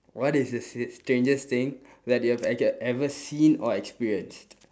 what is the st~ strangest thing that you have ever ever seen or experienced